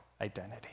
identity